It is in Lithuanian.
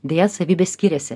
deja savybės skiriasi